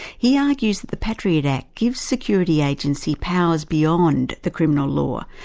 he argues that the patriot act gives security agencies powers beyond the criminal law,